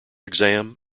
exam